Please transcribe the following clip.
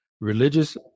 Religious